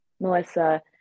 melissa